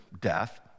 death